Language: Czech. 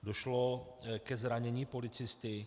Došlo ke zranění policisty.